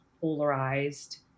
polarized